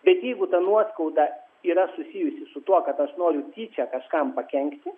bet jeigu ta nuoskauda yra susijusi su tuo kad aš noriu tyčia kažkam pakenkti